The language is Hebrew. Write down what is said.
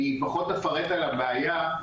אני פחות אפרט על הבעיה.